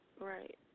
Right